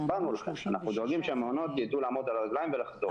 אנחנו דואגים שהמעונות יידעו לעמוד על הרגליים ולחזור.